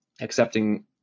accepting